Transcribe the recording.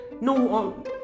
No